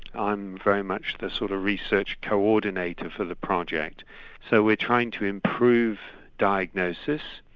i'm very much the sort of research coordinator for the project so we're trying to improve diagnosis,